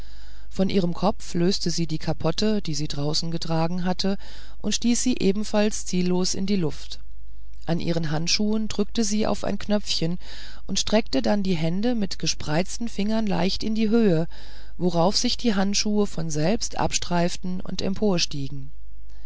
von ihrem kopf löste sie die kapotte die sie draußen getragen hatte und stieß sie ebenfalls ziellos in die luft an ihren handschuhen drückte sie auf ein knöpfchen und streckte dann ihre hände mit gespreizten fingern leicht in die höhe worauf sich die handschuhe von selbst abstreiften und